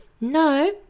no